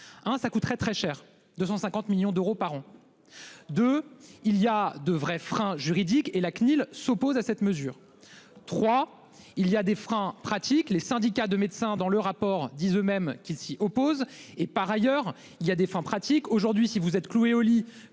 ça coûterait très cher, 250 millions d'euros par an. De il y a de vrais freins juridiques et la CNIL s'oppose à cette mesure. Trois, il y a des freins pratique les syndicats de médecins dans le rapport disent eux-mêmes qui s'y opposent et par ailleurs il y a des fins pratiques aujourd'hui si vous êtes cloué au lit,